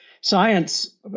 science